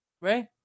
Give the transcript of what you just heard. Right